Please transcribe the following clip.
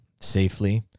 safely